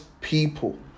people